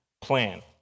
plan